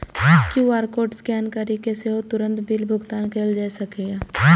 QR code scan करि कें सेहो तुरंत बिल भुगतान कैल जा सकैए